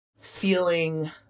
feeling